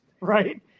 Right